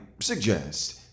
suggest